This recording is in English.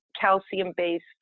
calcium-based